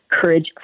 Courage